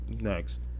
Next